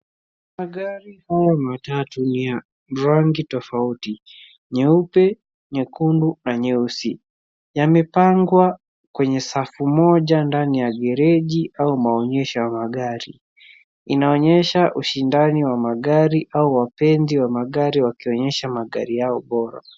Magari haya matatu ni ya rangi tofauti , nyeupe , nyekundu na nyeusi. Yamepangwa kwenye safu moja ndani ya gereji au maonyesho ya magari. Inaonyesha ushindani wa magari au wapenzi wa magari wakionyesha magari yao bora.